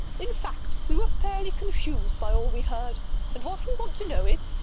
in fact, we were fairly confused by all we heard and what we want to know is,